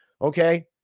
okay